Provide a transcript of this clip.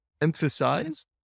emphasize